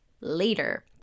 later